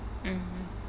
mm mm